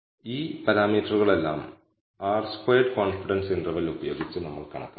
അതിനാൽ എന്തുകൊണ്ടാണ് യഥാർത്ഥത്തിൽ ഈ സിദ്ധാന്ത പരിശോധന നടത്താൻ ആഗ്രഹിക്കുന്നതെന്ന് നമുക്ക് നോക്കാം